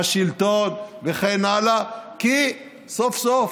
השלטון וכן הלאה, כי סוף-סוף,